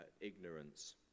ignorance